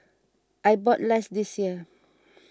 I bought less this year